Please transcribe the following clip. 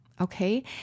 okay